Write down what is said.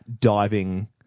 diving